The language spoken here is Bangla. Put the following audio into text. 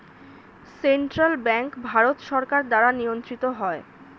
সেন্ট্রাল ব্যাঙ্ক ভারত সরকার দ্বারা নিয়ন্ত্রিত হয়